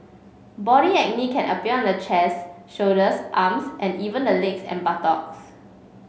body acne can appear on the chest shoulders arms and even the legs and buttocks